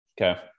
okay